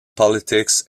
politics